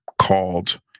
called